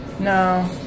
No